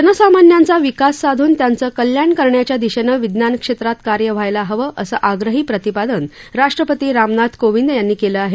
जनसामान्यांचा विकास साधून त्यांचं कल्याण करण्याच्या दिशेनं विज्ञान क्षेत्रात कार्य व्हायला हवं असं आग्रही प्रतिपादन राष्ट्रपती रामनाथ कोविंद यांनी केलं आहे